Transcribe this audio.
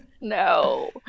No